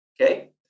Okay